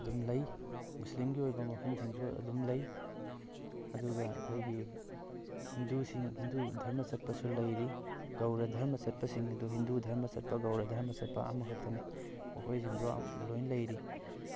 ꯑꯗꯨꯝ ꯂꯩ ꯃꯨꯁꯂꯤꯝꯒꯤ ꯑꯣꯏꯕ ꯃꯐꯝꯁꯤꯡꯁꯨ ꯑꯗꯨꯝ ꯂꯩ ꯑꯗꯨꯒ ꯑꯩꯈꯣꯏꯒꯤ ꯍꯤꯟꯗꯨꯁꯤꯡ ꯍꯤꯟꯗꯨ ꯙꯔꯃ ꯆꯠꯄꯁꯨ ꯂꯩꯔꯤ ꯒꯧꯔ ꯙꯔꯃ ꯆꯠꯄꯁꯤꯡ ꯍꯤꯟꯗꯨ ꯙꯔꯃ ꯆꯠꯄ ꯒꯧꯔ ꯙꯔꯃ ꯆꯠꯄ ꯑꯃꯈꯛꯇꯅꯤ ꯃꯈꯣꯏꯁꯤꯡꯗꯨ ꯂꯣꯏꯅ ꯂꯩꯔꯤ